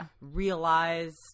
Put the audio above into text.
realized